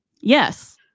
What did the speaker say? Yes